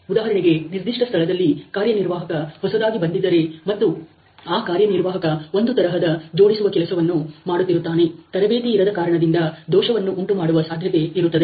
ಉದಾಹರಣೆಗೆ ನಿರ್ದಿಷ್ಟ ಸ್ಥಳದಲ್ಲಿ ಕಾರ್ಯನಿರ್ವಾಹಕ ಹೊಸದಾಗಿ ಬಂದಿದ್ದರೆ ಮತ್ತು ಆ ಕಾರ್ಯನಿರ್ವಾಹಕ ಒಂದು ತರಹದ ಜೋಡಿಸುವ ಕೆಲಸವನ್ನು ಮಾಡುತ್ತಿರುತ್ತಾನೆ ತರಬೇತಿ ಇರದ ಕಾರಣದಿಂದ ದೋಷವನ್ನು ಉಂಟುಮಾಡವ ಸಾಧ್ಯತೆ ಇರುತ್ತದೆ